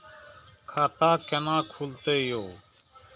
खाता केना खुलतै यो